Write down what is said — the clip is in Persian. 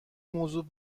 موضوع